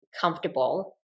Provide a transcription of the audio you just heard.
comfortable